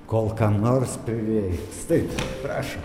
kol kam nors prireiks taip prašom